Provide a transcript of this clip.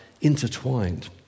intertwined